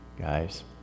guys